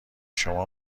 شما